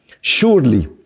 Surely